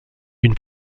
une